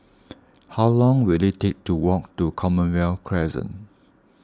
how long will it take to walk to Commonwealth Crescent